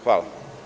Hvala.